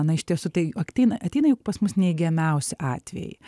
na iš tiesų tai akteina ateina juk pas mus neigiamiausi atvejai